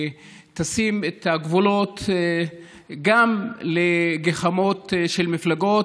וגבולות גם לגחמות של המפלגות,